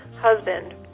Husband